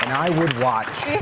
i would watch.